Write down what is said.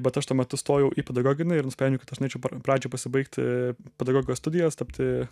bet aš tuo metu stojau į pedagoginį ir nusprendžiau kad aš norėčiau pradžioj pasibaigti pedagogikos studijas tapti